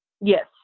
Yes